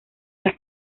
las